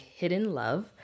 hiddenlove